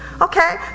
okay